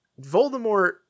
voldemort